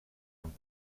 amb